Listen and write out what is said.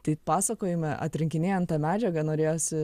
tai pasakojime atrinkinėjant tą medžiagą norėjosi